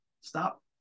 stop